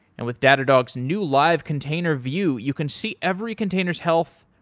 and with datadog's new live container view, you can see every container s health,